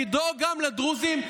לדאוג גם לדרוזים,